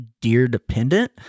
deer-dependent